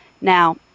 Now